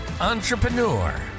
entrepreneur